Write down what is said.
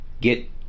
Get